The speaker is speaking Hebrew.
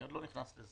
אני עוד לא נכנס לזה.